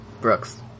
Brooks